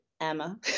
emma